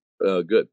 Good